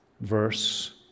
verse